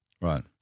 Right